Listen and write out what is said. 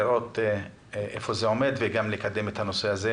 לראות איפה זה עומד וגם לקדם את הנושא הזה,